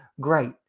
great